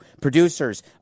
Producers